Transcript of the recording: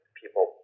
people